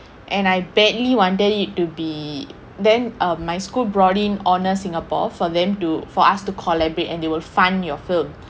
and I badly wanted it to be then um my school brought in honour singapore for them to for us to collaborate and they will fund your film